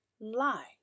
lie